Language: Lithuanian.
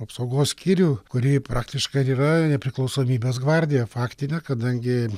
apsaugos skyrių kuri praktiškai yra nepriklausomybės gvardija faktinė kadangi